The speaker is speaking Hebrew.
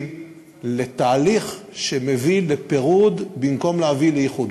לתהליך שמביא לפירוד במקום להביא לאיחוד.